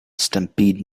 stampede